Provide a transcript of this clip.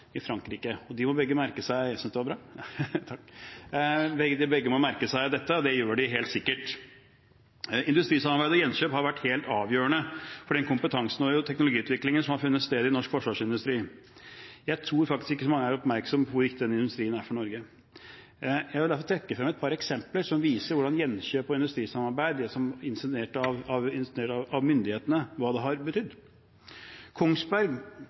i Frankrike, og begge må merke seg dette. Det gjør de helt sikkert. Industrisamarbeid og gjenkjøp har vært helt avgjørende for den kompetansen og teknologiutviklingen som har funnet sted i norsk forsvarsindustri. Jeg tror faktisk ikke så mange er oppmerksom på hvor viktig den industrien er for Norge. Jeg vil derfor trekke frem et par eksempler som viser hva gjenkjøp og industrisamarbeid som ble initiert av myndighetene, har betydd. Kongsberg